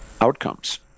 outcomes